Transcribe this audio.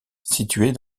située